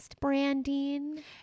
branding